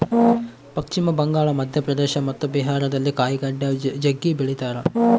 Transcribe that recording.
ಪಶ್ಚಿಮ ಬಂಗಾಳ, ಮಧ್ಯಪ್ರದೇಶ ಮತ್ತು ಬಿಹಾರದಲ್ಲಿ ಕಾಯಿಗಡ್ಡೆ ಜಗ್ಗಿ ಬೆಳಿತಾರ